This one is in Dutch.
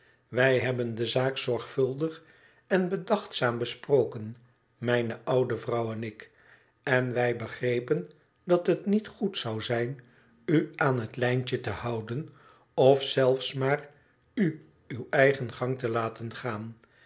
wij hebben de zaak zorgvuldig en bedachtzaam besproken mijne oude vrouw en ik en wij begrepen dat het niet goed zou zijn u aan het lijntje te houden of zelfs maar u uw eigen gang te laten gaan